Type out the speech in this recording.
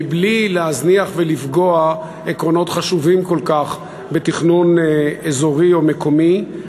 מבלי להזניח ולפגוע בעקרונות חשובים כל כך בתכנון אזורי או מקומי,